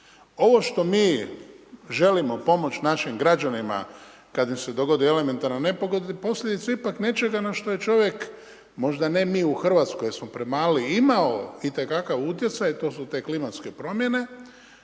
Ovo što mi želimo pomoći našim građanima, kada im se dogodi elementarna nepogoda, posljedica je ipak nečega, na što je čovjek, možda ne mi u Hrvatskoj, jer smo premali, imao itekakav utjecaj, to su te klimatske promjene,